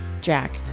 Jack